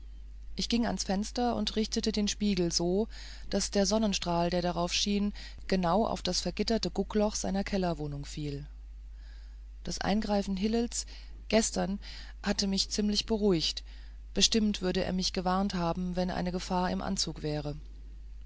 ich ging ans fenster und richtete den spiegel so daß der sonnenstrahl der darauf schien genau auf das vergitterte guckloch seiner kellerwohnung fiel das eingreifen hillels gestern hatte mich ziemlich beruhigt bestimmt würde er mich gewarnt haben wenn eine gefahr im anzuge wäre